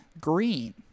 green